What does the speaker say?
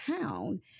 town